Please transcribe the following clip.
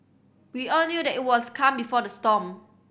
we all knew that it was calm before the storm